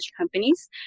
companies